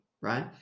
right